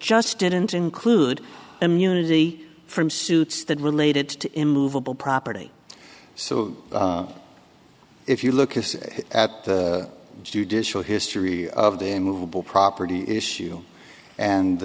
just didn't include immunity from suits that related to him movable property so if you look at the judicial history of the a movable property issue